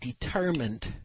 determined